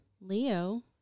Leo